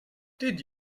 did